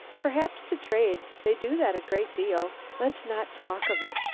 perhaps to trade. they do that a great deal. let's not talk of it.